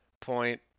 point